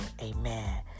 Amen